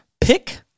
pick